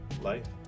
life